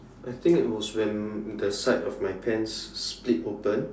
I think it was when the side of my pants split open